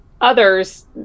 others